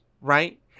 Right